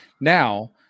Now